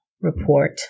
report